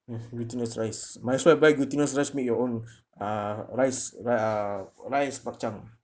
uh glutinous rice might as well buy glutinous rice make your own uh rice uh rice bak chang ah